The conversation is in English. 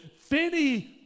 Finny